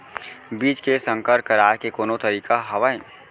बीज के संकर कराय के कोनो तरीका हावय?